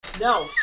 No